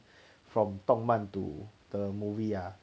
from 动漫 to the movie ah